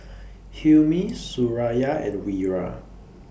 Hilmi Suraya and Wira